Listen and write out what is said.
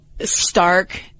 Stark